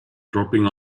dropping